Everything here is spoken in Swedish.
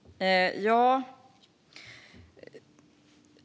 Fru talman!